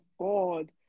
God